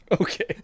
Okay